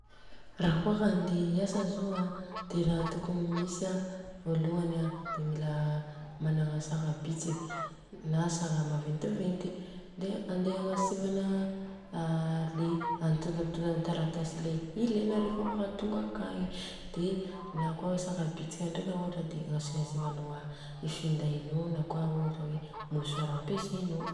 Rakôa ka handeha iasa zô an de ra tokony misy voaloany a mila managna saka bitika na saka maventiventy de handeha agnasivana an a le antontantoan-taratasy le ilena rehefa kôa ka tonga akagny, de nakôa saka bitika ndreka ohatra de agnasivasivanô i findainô na kôa i ohatra mosoara ampesanô.